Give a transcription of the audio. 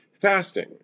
fasting